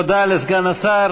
תודה לסגן השר.